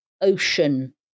ocean